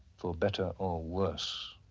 for better or worse.